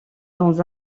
dans